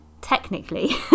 technically